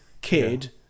kid